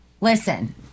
listen